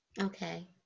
Okay